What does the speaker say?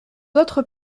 autres